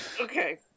Okay